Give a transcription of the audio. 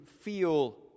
feel